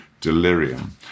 delirium